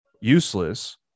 useless